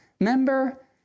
Remember